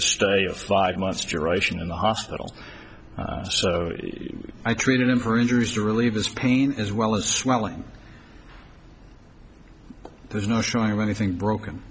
a stay of five months generation in the hospital so i treated him for injuries to relieve his pain as well as swelling there's no showing of anything broken